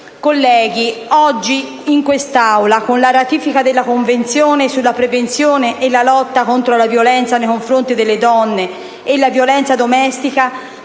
colleghi, oggi in quest'Aula, con la ratifica della Convenzione sulla prevenzione e la lotta contro la violenza nei confronti delle donne e la violenza domestica,